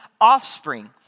offspring